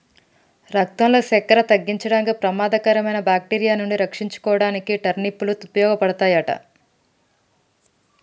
రక్తంలో సక్కెర తగ్గించడానికి, ప్రమాదకరమైన బాక్టీరియా నుండి రక్షించుకోడానికి టర్నిప్ లు ఉపయోగపడతాయి